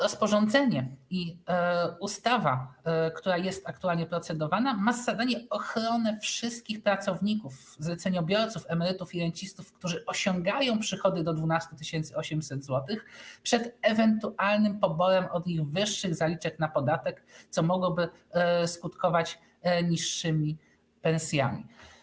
Rozporządzenie i ustawa, nad którą aktualnie procedujemy, mają za zadanie ochronę wszystkich pracowników, zleceniobiorców, emerytów i rencistów, którzy osiągają przychody do 12 800 zł, przed ewentualnym poborem od nich wyższych zaliczek na podatek, co mogłoby skutkować niższymi pensjami.